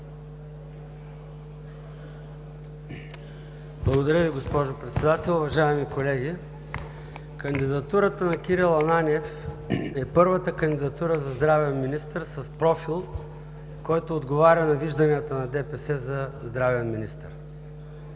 Благодаря Ви, госпожо Председател. Уважаеми колеги, кандидатурата на Кирил Ананиев е първата кандидатура за здравен министър с профил, който отговаря на вижданията на ДПС за здравен министър.